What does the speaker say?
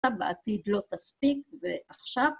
‫אתה בעתיד לא תספיק, ועכשיו...